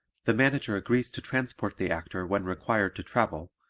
the manager agrees to transport the actor when required to travel,